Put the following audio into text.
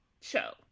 show